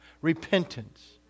Repentance